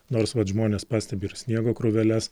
nors vat žmonės pastebi ir sniego krūveles